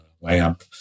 lamp